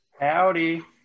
Howdy